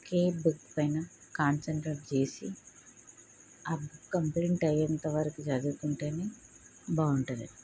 okay book పైన concentrate చేసి ఆ బుక్ కంప్లీట్ అయ్యేంత వరకు చదువుకుంటేనే బాగుంటుంది